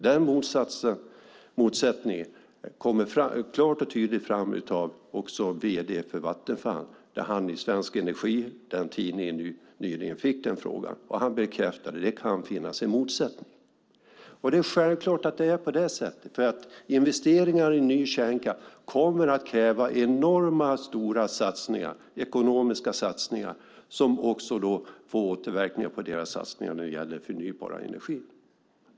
Den motsättningen kommer klart och tydligt fram också i det som vd för Vattenfall i tidningen Svensk energi sade som svar på den frågan. Han bekräftade att det kan finnas en motsättning. Det är självklart att det är på det sättet, för investeringar i ny kärnkraft kommer att kräva enormt stora ekonomiska satsningar som också får återverkningar på satsningarna som gäller förnybar energi.